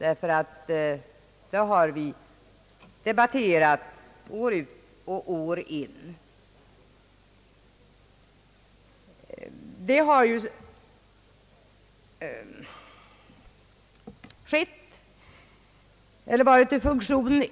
Även denna fråga har vi debatterat år ut och år in.